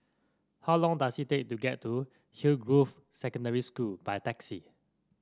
how long does it take to get to Hillgrove Secondary School by taxi